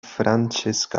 francesc